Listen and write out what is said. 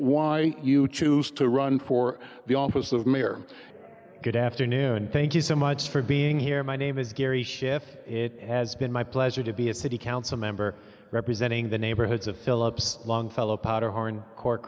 why you choose to run for the office of mayor good afternoon thank you so much for being here my name is gary schiff it has been my pleasure to be a city council member representing the neighborhoods of philips longfellow powderhorn